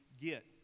get